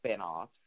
spinoffs